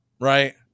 right